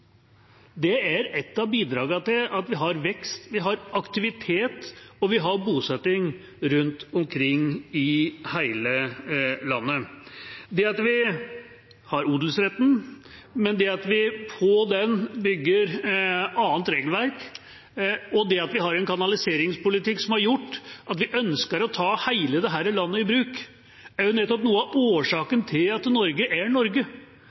Det er et av bidragene til at vi har vekst, til at vi har aktivitet og til at vi har bosetting rundt omkring i hele landet. Det at vi har odelsretten, men at vi på den bygger annet regelverk, og det at vi har en kanaliseringspolitikk som har gjort at vi ønsker å ta hele dette landet i bruk, er nettopp noe av årsaken til at Norge er Norge,